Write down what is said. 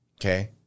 Okay